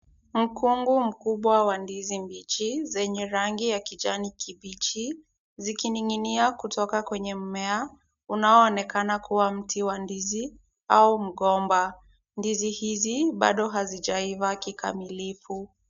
Mkungu mkubwa wa ndizi mbichi zenye rangi ya kijani kibichi zikining'inia kutoka kwenye mmea unaoonekana kuwa mti wa ndizi au mgomba. Ndizi hizi bado hazijaiva kikamilifu.